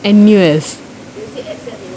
N_U_S